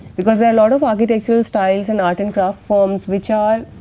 because there are lot of architectural styles and art and craft forms which are